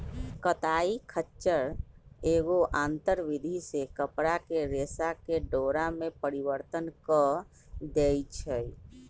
कताई खच्चर एगो आंतर विधि से कपरा के रेशा के डोरा में परिवर्तन कऽ देइ छइ